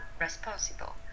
responsible